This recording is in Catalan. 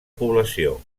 població